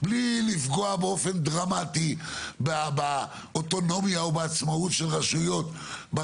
בלי לפגוע באופן דרמטי באוטונומיה או בעצמאות של רשויות.